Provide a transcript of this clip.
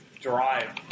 drive